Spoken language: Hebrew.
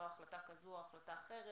לא החלטה כזאת או החלטה אחרת,